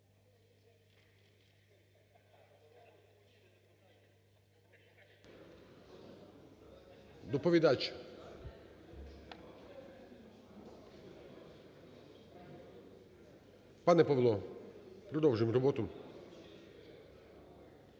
Доповідач, пане Павло, продовжуємо роботу.